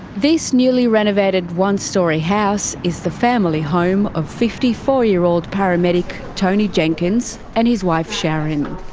this newly renovated one-storey house is the family home of fifty four year old paramedic tony jenkins and his wife sharon.